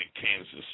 Kansas